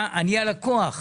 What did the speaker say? אני הלקוח.